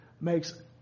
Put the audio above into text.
makes